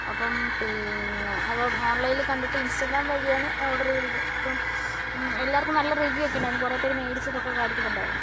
അപ്പം പിന്നെ അപ്പം ഓണ്ലൈനില് കണ്ടിട്ട് ഇന്സ്റ്റാഗ്രാം വഴിയാണ് ഓര്ഡര് ചെയ്തത് ഇപ്പം എല്ലാവര്ക്കും നല്ല റിവ്യൂ ഒക്കെ ഉണ്ടായിരുന്നു കുറേ പേര് മേടിച്ചെന്നൊക്കെ കാണിക്കുന്നുണ്ടായിരുന്നു